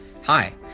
Hi